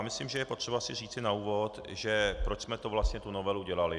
Myslím, že je potřeba si říci na úvod, proč jsme vlastně tu novelu dělali.